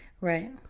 Right